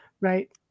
Right